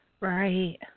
Right